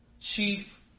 chief